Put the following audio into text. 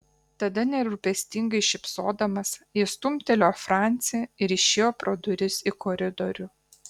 tada nerūpestingai šypsodamas jis stumtelėjo francį ir išėjo pro duris į koridorių